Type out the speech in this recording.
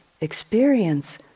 experience